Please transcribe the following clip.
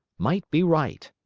might be right.